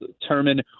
Determine